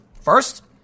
first